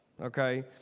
okay